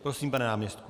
Prosím, pane náměstku.